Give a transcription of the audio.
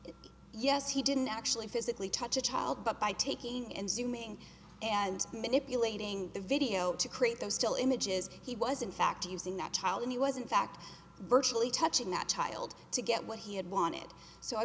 that yes he didn't actually physically touch a child but by taking and zooming and manipulating the video to create those still images he was in fact using that child and he was in fact virtually touching that tiled to get what he had wanted so i